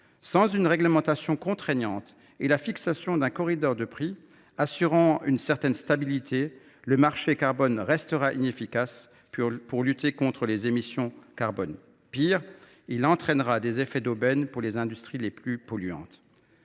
Sans une réglementation contraignante et sans la fixation d’un corridor de prix assurant une certaine stabilité, le marché carbone restera inefficace pour lutter contre les émissions carbone. Pis, il entraînera des effets d’aubaine pour les industries les plus polluantes.